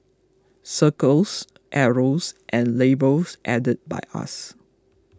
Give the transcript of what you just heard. circles arrows and labels added by us